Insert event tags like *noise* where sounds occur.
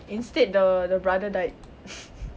instead the brother died *laughs*